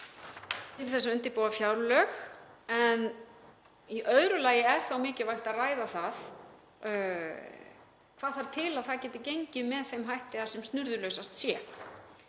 til þess að undirbúa fjárlög. Í öðru lagi er mikilvægt að ræða hvað þarf til að það geti gengið með þeim hætti að sem snurðulausast sé,